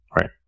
right